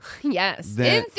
Yes